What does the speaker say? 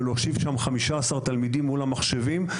ולהושיב שם 15 תלמידים מול המחשבים.